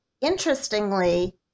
Interestingly